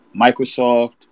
Microsoft